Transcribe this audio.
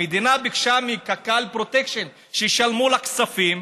המדינה ביקשה מקק"ל פרוטקשן, שישלמו לה כספים,